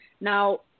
now